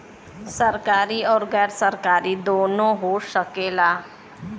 सरकारी आउर गैर सरकारी दुन्नो हो सकेला